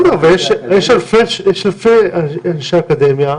יש אלפי אנשי אקדמיה,